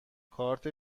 کارت